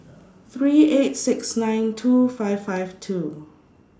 three eight six nine two five five two